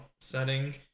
setting